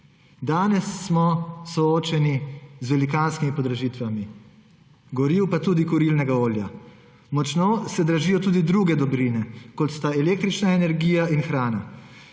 Danes smo soočeni z velikanskimi podražitvami goriv pa tudi kurilnega olja. Močno se dražijo tudi druge dobrine, kot sta električna energija in hrana.